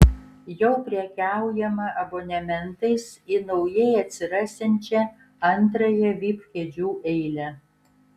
jau prekiaujama abonementais į naujai atsirasiančią antrąją vip kėdžių eilę